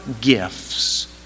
gifts